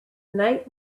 night